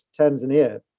tanzania